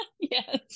Yes